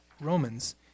Romans